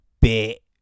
bit